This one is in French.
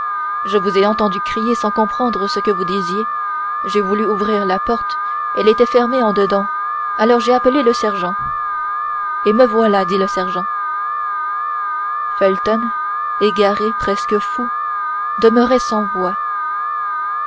je vous ai entendu crier sans comprendre ce que vous disiez j'ai voulu ouvrir la porte elle était fermée en dedans alors j'ai appelé le sergent et me voilà dit le sergent felton égaré presque fou demeurait sans voix